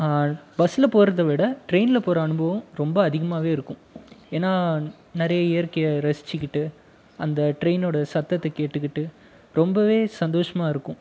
பஸ்ஸில் போகிறத விட ட்ரெயினில் போகிற அனுபவம் ரொம்ப அதிகமாகவே இருக்கும் ஏன்னால் நிறைய இயற்கையை ரசிச்சுக்கிட்டு அந்த ட்ரைனோடய சத்தத்தை கேட்டுக்கிட்டு ரொம்பவே சந்தோஷமா இருக்கும்